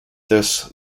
this